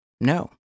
No